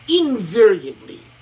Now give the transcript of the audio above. invariably